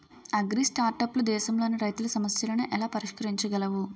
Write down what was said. అగ్రిస్టార్టప్లు దేశంలోని రైతుల సమస్యలను ఎలా పరిష్కరించగలవు?